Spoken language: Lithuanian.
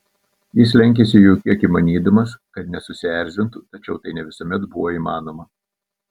jis lenkėsi jų kiek įmanydamas kad nesusierzintų tačiau tai ne visuomet buvo įmanoma